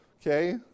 okay